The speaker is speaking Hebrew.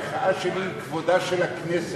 המחאה שלי היא כבודה של הכנסת.